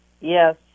Yes